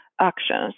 actions